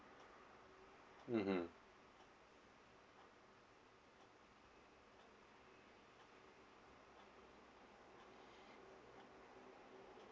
mmhmm